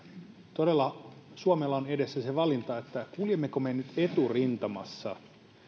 todella suomella on edessä se valinta kuljemmeko me nyt eturintamassa